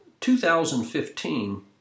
2015